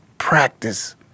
Practice